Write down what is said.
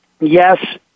Yes